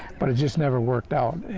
but it just never worked out.